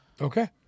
Okay